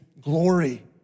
glory